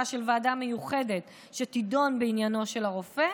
של ועדה מיוחדת שתדון בעניינו של הרופא,